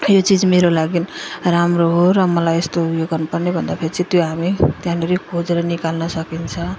यो चिज मेरो लागि राम्रो हो र मलाई यस्तो उयो गर्नु पर्ने भन्दाफेरि चाहिँ त्यो हामी त्यहाँनेर खोजेर निकाल्न सकिन्छ